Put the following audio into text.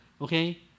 okay